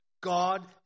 God